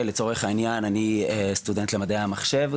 לצורך העניין, אני גם כן סטודנט למדעי המחשב,